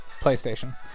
PlayStation